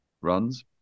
runs